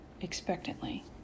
expectantly